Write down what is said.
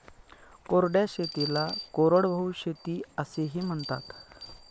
कोरड्या शेतीला कोरडवाहू शेती असेही म्हणतात